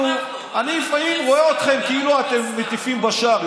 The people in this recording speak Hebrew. אני לפעמים רואה אתכם כאילו אתם מטיפים בשער,